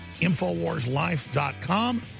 infowarslife.com